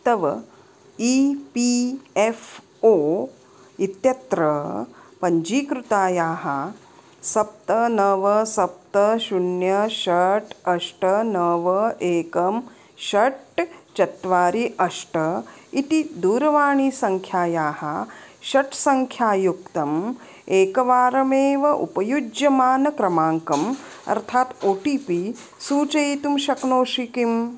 तव E P F O इत्यत्र पञ्चीकृतायाः सप्त नव सप्त शून्यं षट् अष्ट नव एकं षट् चत्वारि अष्ट इति दूरवाणीसङ्ख्यायाः षट् सङ्ख्यायुक्तम् एकवारमेव उपयुज्यमानक्रमाङ्कम् अर्थात् ओ टि पि सूचयितुं शक्नोषि किम्